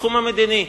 בתחום המדיני: